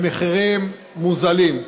במחירים מוזלים.